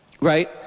right